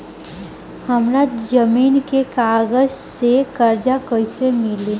हमरा जमीन के कागज से कर्जा कैसे मिली?